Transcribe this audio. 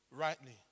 Rightly